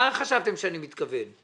מה חשבתם שאני מתכוון?